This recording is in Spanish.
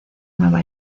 nueva